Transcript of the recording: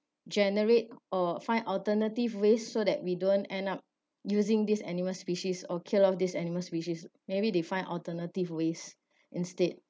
generate or find alternative ways so that we don't end up using these animal species or kill out these animal species maybe they find alternative ways instead